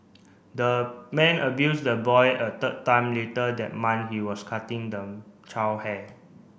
the man abused the boy a third time later that month he was cutting the child hair